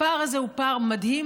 הפער הזה הוא פער מדהים,